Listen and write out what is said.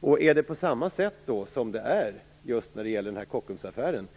Det är litet pinsamt om det är på samma sätt när det gäller den här Kockumsaffären.